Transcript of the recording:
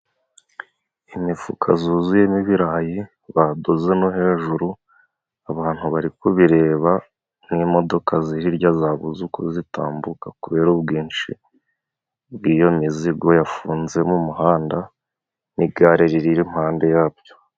Imifuka zuzuyemo ibirayi, badoze no hejuru abantu bari kubireba nk'imodoka zirya zabuze uko zitambuka, kubera ubwinshi bw'iyo mizigo yafunze mu muhanda n'igare riri mpande yabyo.